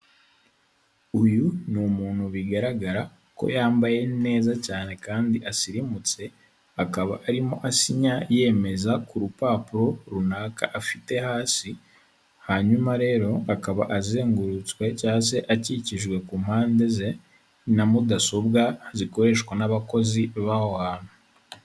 Uyu ni umuntu bigaragara ko yambaye neza cyane kandi asirimutse, akaba arimo asinya yemeza ku rupapuro runaka afite hasi, hanyuma rero akaba azengurutswe cyane se akikijwe ku mpande ze, na mudasobwa zikoreshwa n'abakozi b'aho hantu.